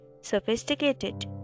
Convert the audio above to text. sophisticated